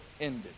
ended